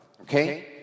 Okay